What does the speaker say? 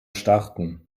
starten